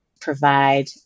provide